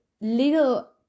little